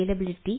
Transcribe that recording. scalability